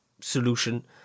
solution